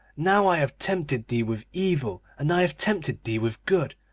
now i have tempted thee with evil, and i have tempted thee with good,